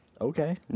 Okay